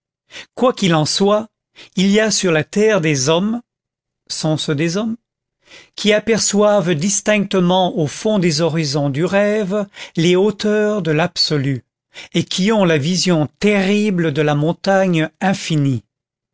quoi qu'il en soit il y a sur la terre des hommes sont ce des hommes qui aperçoivent distinctement au fond des horizons du rêve les hauteurs de l'absolu et qui ont la vision terrible de la montagne infinie